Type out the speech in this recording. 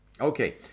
Okay